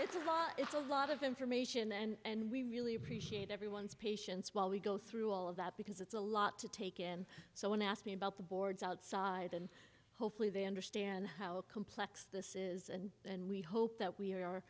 it's a it's a lot of information and we really appreciate everyone's patience while we go through all of that because it's a lot to take in so when asked me about the board's outside and hopefully they understand how complex this is and then we hope that we are